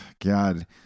god